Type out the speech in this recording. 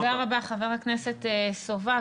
תודה רבה, חבר הכנסת סובה.